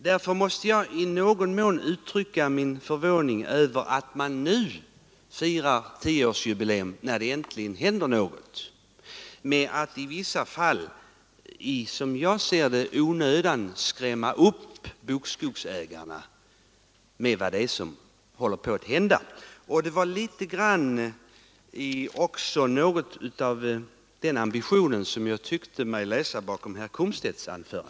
Därför måste jag uttrycka min förvåning över att man firar tioårsjubileum nu när det äntligen händer något och gör det med att — i vissa fall i onödan som jag ser det — skrämma bokskogsägarna för vad som håller på att hända. Litet av den ambitionen tyckte jag mig också utläsa av herr Komstedts anförande.